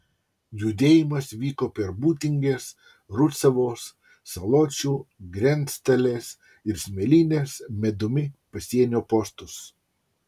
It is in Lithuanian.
judėjimas vyko per būtingės rucavos saločių grenctalės ir smėlynės medumi pasienio postus